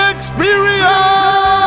Experience